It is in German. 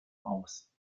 aus